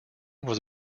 was